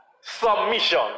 submission